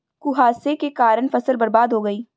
कुहासे के कारण फसल बर्बाद हो गयी